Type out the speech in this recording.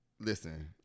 Listen